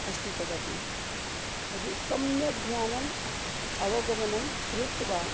अस्ति तदपि तर्हि सम्यग् ज्ञानम् अवगमनं कृत्वा